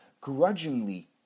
Grudgingly